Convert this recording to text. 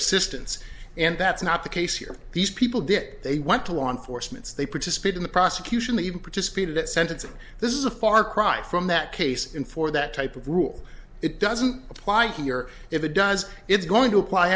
assistance and that's not the case here these people did it they went to law enforcements they participate in the prosecution they even participated at sentencing this is a far cry from that case in for that type of rule it doesn't apply here if it does it's going to apply